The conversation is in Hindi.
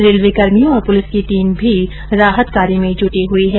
रेलवेकर्मियों और पुलिस की टीम भी राहत कार्य में जुटी हुई है